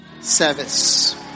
service